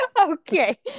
Okay